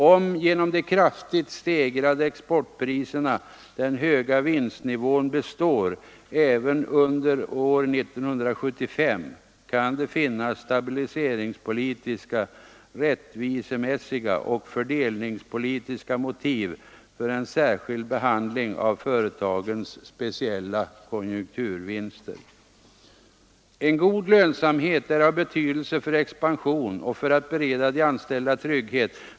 Om genom de kraftigt stegrade exportpriserna den höga vinstnivån består även under 1975, kan det finnas stabiliseringspolitiska, rättvisemässiga och fördelningspolitiska motiv för en särskild behandling av företagens speciella konjunkturvinster. En god lönsamhet inom företagen är av betydelse för expansion och för att bereda de anställda trygghet.